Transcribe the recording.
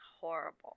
Horrible